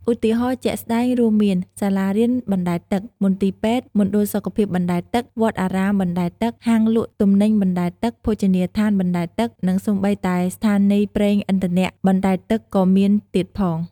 ឧទាហរណ៍ជាក់ស្ដែងរួមមាន សាលារៀនបណ្ដែតទឹក មន្ទីរពេទ្យ មណ្ឌលសុខភាពបណ្ដែតទឹក វត្តអារាមបណ្ដែតទឹក ហាងលក់ទំនិញបណ្ដែតទឹក ភោជនីយដ្ឋានបណ្ដែតទឹក និងសូម្បីតែស្ថានីយប្រេងឥន្ធនៈបណ្ដែតទឹកក៏មានទៀតផង។